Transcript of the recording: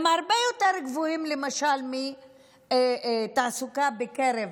הרבה יותר גבוהים למשל מהתעסוקה בקרב